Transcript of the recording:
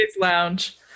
Lounge